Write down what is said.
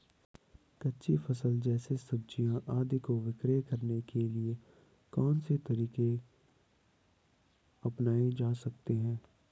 कच्ची फसल जैसे सब्जियाँ आदि को विक्रय करने के लिये कौन से तरीके अपनायें जा सकते हैं?